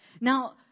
Now